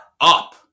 up